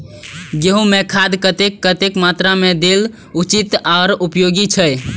गेंहू में खाद कतेक कतेक मात्रा में देल उचित आर उपयोगी छै?